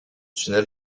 tunnel